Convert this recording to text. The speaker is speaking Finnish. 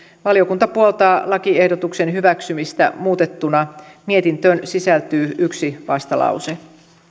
valiokunta puoltaa lakiehdotuksen hyväksymistä muutettuna mietintöön sisältyy yksi vastalause